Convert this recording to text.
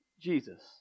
Jesus